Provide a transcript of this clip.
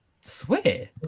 swear